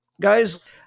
Guys